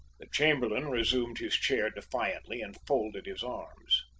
the chamberlain resumed his chair defiantly and folded his arms.